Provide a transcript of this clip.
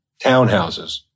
townhouses